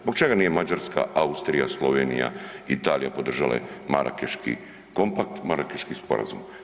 Zbog čega nije Mađarska, Austrija, Slovenija, Italija, podržale Marakeški komapkt, Marakeški sporazum?